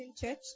Church